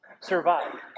survive